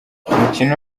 umukino